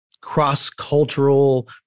cross-cultural